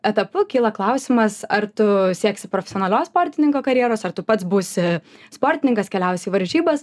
etapu kyla klausimas ar tu sieksi profesionalios sportininko karjeros ar tu pats būsi sportininkas keliausi į varžybas